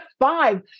five